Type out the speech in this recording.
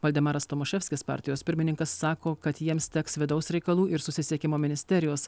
valdemaras tomaševskis partijos pirmininkas sako kad jiems teks vidaus reikalų ir susisiekimo ministerijos